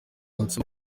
ansaba